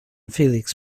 felix